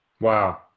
Wow